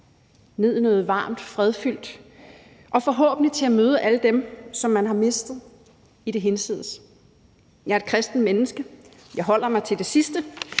ned i noget varmt og fredfyldt og forhåbentlig møde alle dem, som man har mistet, i det hinsides. Jeg er et kristent menneske; jeg holder mig til det sidste,